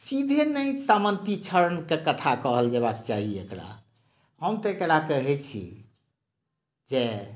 सीधे नहि सामन्ती क्षणक कथा कहल जेबाक चाही चाही एकरा हम तऽ एकरा कहे छी जे